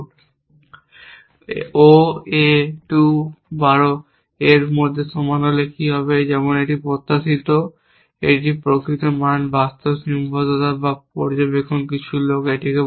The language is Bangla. কিন্তু O A 2 12 এর সমান হলে কি হবে যেমনটি প্রত্যাশিত এটিই প্রকৃত মান বাস্তব সীমাবদ্ধতা বা পর্যবেক্ষণ কিছু লোক একে বলে